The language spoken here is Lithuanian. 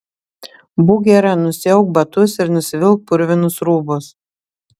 būk gera nusiauk batus ir nusivilk purvinus rūbus